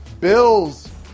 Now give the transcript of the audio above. Bills